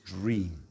dream